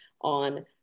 on